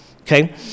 Okay